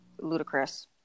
ludicrous